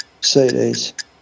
CDs